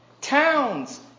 towns